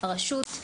הרשות,